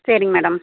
சரி மேடம்